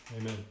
Amen